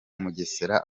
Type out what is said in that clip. mugesera